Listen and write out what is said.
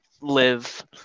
live